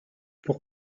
pour